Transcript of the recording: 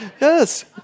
yes